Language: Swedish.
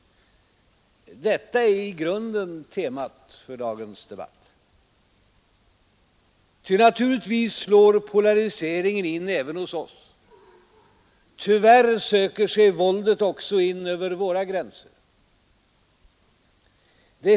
Detta är i grunden temat för dagens debatt, ty naturligtvis slår polariseringen in även hos oss. Tyvärr söker sig våldet också in över våra gränser.